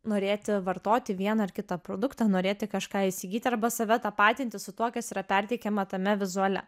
norėti vartoti vieną ar kitą produktą norėti kažką įsigyti arba save tapatinti su tuo kas yra perteikiama tame vizuale